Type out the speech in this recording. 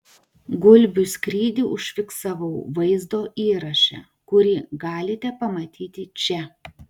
gulbių skrydį užfiksavau vaizdo įraše kurį galite pamatyti čia